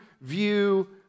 view